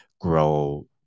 grow